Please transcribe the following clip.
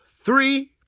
three